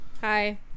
hi